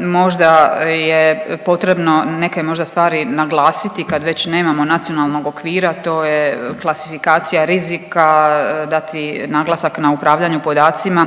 možda je potrebno neke možda stvari naglasiti kad već nemamo nacionalnog okvira, to je klasifikacija rizika, dati naglasak na upravljanju podacima,